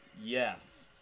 Yes